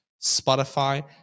Spotify